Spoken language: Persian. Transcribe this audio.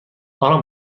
آرام